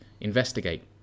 Investigate